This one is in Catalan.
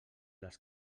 les